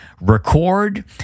record